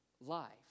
life